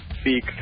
speak